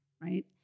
right